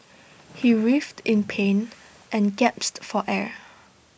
he writhed in pain and gasped for air